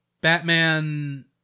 Batman